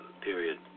period